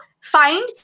find